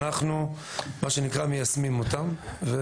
ואנחנו מה שנקרא מיישמים אותם.